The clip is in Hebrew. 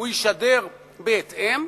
הוא ישדר בהתאם.